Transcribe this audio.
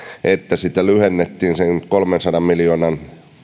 että sitä lyhennettiin sen kolmensadan miljoonan